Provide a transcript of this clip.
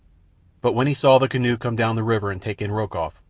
but when he saw the canoe come down the river and take in rokoff,